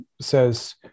says